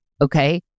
okay